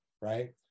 right